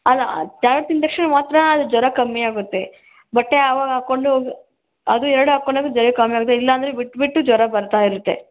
ಅಲ್ಲ ಟ್ಯಾಬ್ಲೆಟ್ ತಿಂದ ತಕ್ಷಣ ಮಾತ್ರ ಜ್ವರ ಕಮ್ಮಿ ಆಗುತ್ತೆ ಬಟ್ ಏ ಯಾವಾಗ ಹಾಕ್ಕೊಂಡು ಅದು ಎರಡು ಹಾಕ್ಕೊಂಡಾಗ ಜ್ವರ ಕಮ್ಮಿ ಆಗುತ್ತೆ ಇಲ್ಲಂದರೆ ಬಿಟ್ಟು ಬಿಟ್ಟು ಜ್ವರ ಬರ್ತಾಯಿರುತ್ತೆ